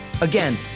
Again